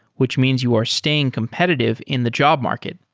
which means you are staying competitive in the job market.